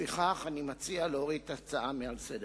לפיכך אני מציע להוריד את ההצעות מסדר-היום.